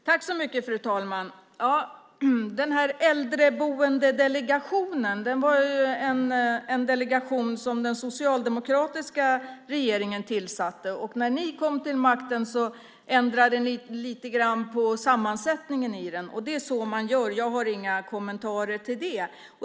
Fru talman! Äldreboendedelegationen är en delegation som den socialdemokratiska regeringen tillsatte. När ni kom till makten ändrade ni lite grann på sammansättningen i den. Det är så man gör, och jag har inga kommentarer till det.